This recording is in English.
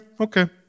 okay